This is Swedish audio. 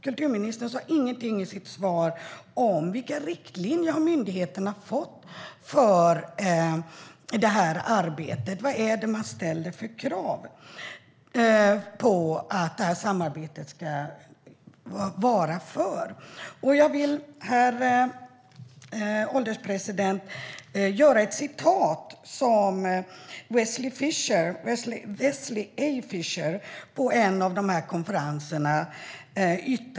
Kulturministern sa inget i svaret om vilka riktlinjer myndigheterna har fått för arbetet. Vad är det för krav man ställer på det här samarbetet? Jag vill, herr ålderspresident, ta ett citat från Wesley A Fischer på en konferens.